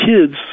kids